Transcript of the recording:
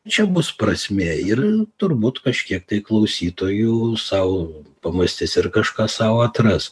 čia bus prasmė ir turbūt kažkiek tai klausytojų sau pamąstis ir kažką sau atras